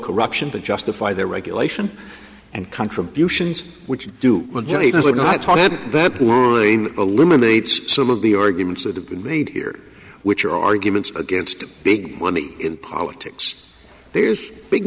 corruption to justify their regulation and contributions which do not talk and that eliminates some of the arguments that have been made here which are arguments against big money in politics there's big